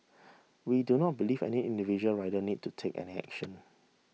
we do not believe any individual rider needs to take any action